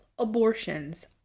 abortions